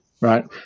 right